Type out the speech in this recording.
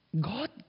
God